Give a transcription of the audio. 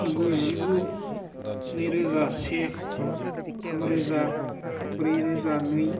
गुजिगु नैरोजा से थामरोजा ब्रैरोजा नै